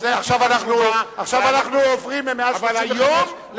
עכשיו אנחנו עוברים מ-135 לגנדי.